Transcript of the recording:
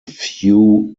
few